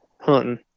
hunting